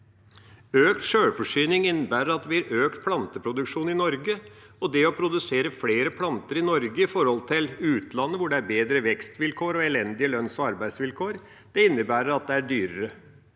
Økt sjølforsyning innebærer at det blir økt planteproduksjon i Norge, og det å produsere flere planter i Norge i forhold til i utlandet, hvor det er bedre vekstvilkår og elendige lønns- og arbeidsvilkår, innebærer at det er dyrere.